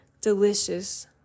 delicious